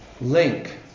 link